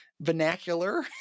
Vernacular